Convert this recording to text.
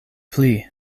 pli